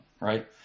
right